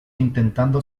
intentando